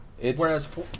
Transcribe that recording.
Whereas